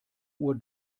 uhr